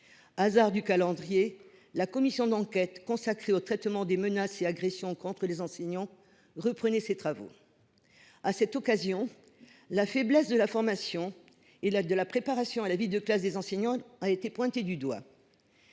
Hasard du calendrier, la commission d’enquête sur le signalement et le traitement des pressions, menaces et agressions dont les enseignants sont victimes reprenait ses travaux. À cette occasion, la faiblesse de la formation et de la préparation à la vie de classe des enseignants a été pointée du doigt.